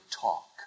talk